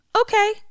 okay